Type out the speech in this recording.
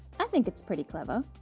i think it's pretty clever.